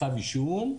כתב אישום,